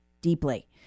deeply